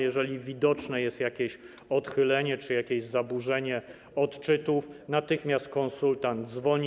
Jeżeli widoczne jest jakieś odchylenie czy jakieś zaburzenie odczytu, natychmiast konsultant dzwoni.